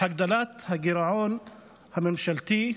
הגדלת הגירעון הממשלתי,